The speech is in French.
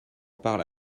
parles